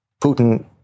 Putin